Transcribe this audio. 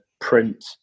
print